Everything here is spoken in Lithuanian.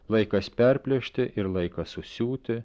laikas perplėšti ir laikas susiūti